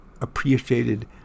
appreciated